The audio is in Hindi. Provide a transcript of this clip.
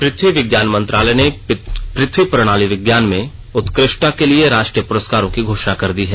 पृथ्वी विज्ञान मंत्रालय ने पृथ्वी प्रणाली विज्ञान में उत्कृष्टता के लिए राष्ट्रीय पुरस्कारों की घोषणा कर दी है